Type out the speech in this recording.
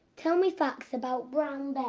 tell me facts about brown bears